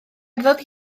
cerddodd